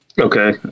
Okay